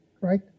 right